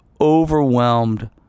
overwhelmed